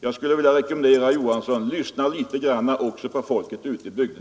Jag skulle vilja rekommendera herr Johansson: lyssna också litet grand på folket ute i bygderna.